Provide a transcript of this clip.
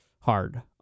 Hard